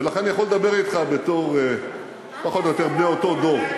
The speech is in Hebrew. ולכן אני יכול לדבר אתך בתור פחות או יותר כבני אותו דור,